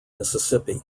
mississippi